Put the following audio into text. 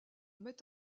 met